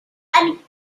and